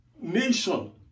nation